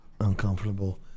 uncomfortable